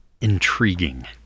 intriguing